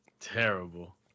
terrible